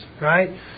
right